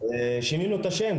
שינינו את השם,